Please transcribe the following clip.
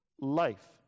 life